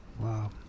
Wow